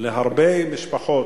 למשפחות